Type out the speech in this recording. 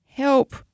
help